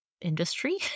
industry